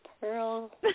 Pearl